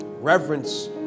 Reverence